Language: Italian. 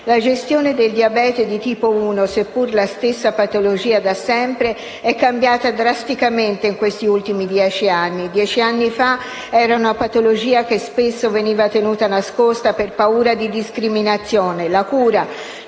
La gestione del diabete di tipo 1, seppur è la stessa patologia da sempre, è cambiata drasticamente negli ultimi dieci anni. Dieci anni fa era una patologia che spesso veniva tenuta nascosta per paura di discriminazioni; la cura,